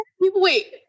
Wait